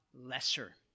lesser